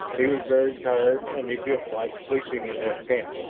he was very tired, and he disliked sleeping in this camp.